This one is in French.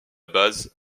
base